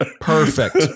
Perfect